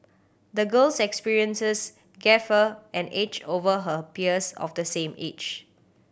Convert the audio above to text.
the girl's experiences gave her an edge over her peers of the same age